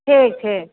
ठीक छै